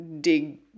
dig